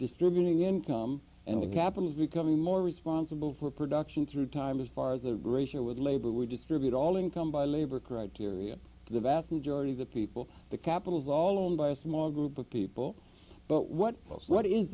distributing income and the capital is becoming more responsible for production through time as far as the ratio with labor would distribute all income by labor criteria the vast majority of the people the capitals all owned by a small group of people but what was what is